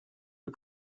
who